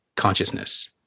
consciousness